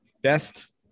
best